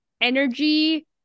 energy